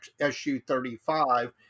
SU-35